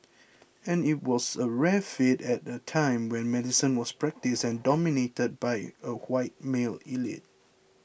and it was a rare feat at a time when medicine was practised and dominated by a white male elite